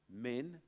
men